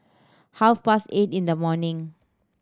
half past eight in the morning